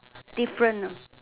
different